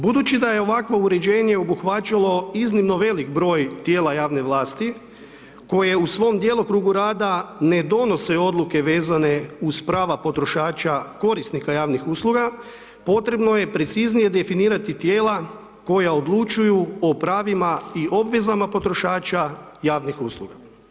Budući da je ovakvo urešenje obuhvaćalo iznimno veliki broj tijela javne vlasti, koje u svom djelokrugu rada, ne donose odluke vezane uz prava potrošača korisnika javnih usluga, potrebno je preciznije definirati tijela koje odlučuju o pravima i obveza potrošača javnih usluga.